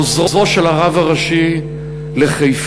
עוזרו של הרב הראשי לחיפה,